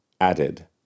added